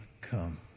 come